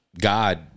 God